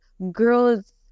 girls